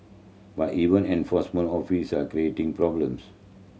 but even enforcement officer are creating problems